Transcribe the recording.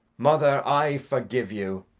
mother, i forgive you.